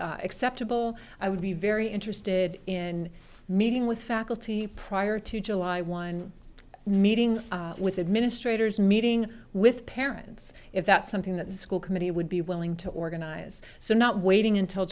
acceptable i would be very interested in meeting with faculty prior to july one meeting with administrators meeting with parents if that's something that the school committee would be willing to organize so not waiting until